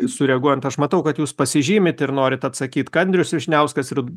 sureaguojant aš matau kad jūs pasižymit ir norit atsakyt ką andrius vyšniauskas ir